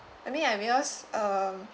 I mean I because uh